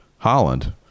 Holland